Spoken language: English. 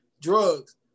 drugs